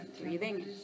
breathing